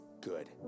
good